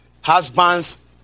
husbands